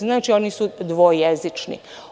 Znači, oni su dvojezični.